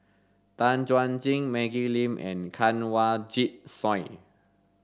Tan Chuan Jin Maggie Lim and Kanwaljit Soin